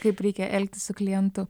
kaip reikia elgtis su klientu